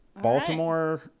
Baltimore